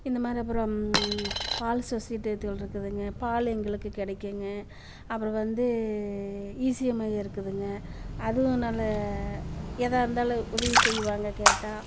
இந்த மாதிரி அப்புறம் பால் சொசைட்டி எதித்தாப்ல இருக்குதுங்க பால் எங்களுக்கு கிடைக்குங்க அப்புறம் வந்து ஈ சேவை மையம் இருக்குதுங்க அதுவும் நல்ல ஏதாது இருந்தாலும் உதவி செய்வாங்க கேட்டால்